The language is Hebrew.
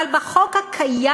אבל בחוק הקיים,